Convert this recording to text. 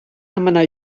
demanar